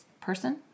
person